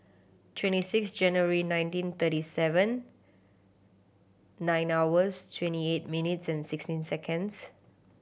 twenty six January nineteen thirty seven nine hours twenty eight minutes and sixteen seconds